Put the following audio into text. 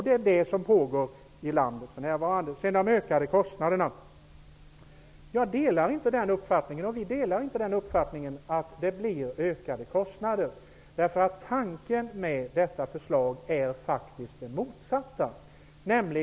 Det är vad som pågår i landet för närvarande. Beträffande kostnaderna delar vi inte den uppfattningen att det blir ökade kostnader. Tanken med detta förslag är faktiskt det motsatta.